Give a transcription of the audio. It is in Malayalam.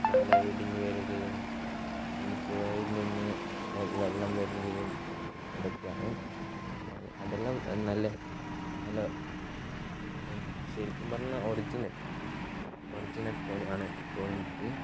മലയിടിഞ്ഞ് വരികയും പുഴയിൽ നിന്ന് വെള്ളം വരികയും അതക്കെയാണ് അതെല്ലാം നല്ല നല്ല ശരിക്കും പറഞ്ഞാൽ ഒറിജിനൽ ഒറിജിനൽ പോലെയാണ് തോന്നുന്നത്